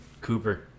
Cooper